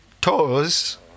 tours